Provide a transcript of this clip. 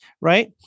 right